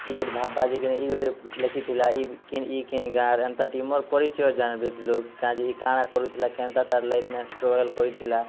ଟିକେ ଭାବ୍ବା ଯେ କିନି ଇଏ ଗୁଟେ ଲେଖିଥିଲା ଇଏ କେନ୍ ଗାଁ ର୍ ଏନ୍ତା କି ମୋର୍ ପରିଚୟ ଜାଣ୍ବେ ଲୋକ୍ କାଏଁଯେ କା'ଣା କରୁଥିଲା କେନ୍ତା ତା'ର୍ ଲାଇଫ୍ ନେ ଷ୍ଟ୍ରଗଲ୍ କରିଥିଲା